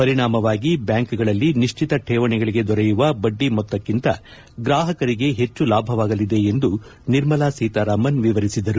ಪರಿಣಾಮವಾಗಿ ಬ್ಯಾಂಕ್ಗಳಲ್ಲಿ ನಿಶ್ಚಿತ ಠೇವಣಿಗಳಿಗೆ ದೊರೆಯುವ ಬಡ್ಡಿ ಮೊತ್ತಕ್ಕಿಂತ ಗ್ರಾಹಕರಿಗೆ ಹೆಚ್ಚು ಲಾಭವಾಗಲಿದೆ ಎಂದು ನಿರ್ಮಲಾ ಸೀತಾರಾಮನ್ ವಿವರಿಸಿದರು